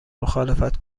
مخالفت